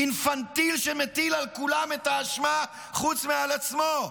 אינפנטיל שמטיל על כולם את האשמה חוץ מעל עצמו,